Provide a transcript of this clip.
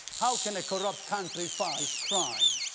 how can a corrupt country fight crime?